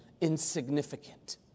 insignificant